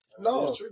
No